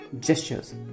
gestures